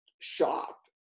shocked